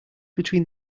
between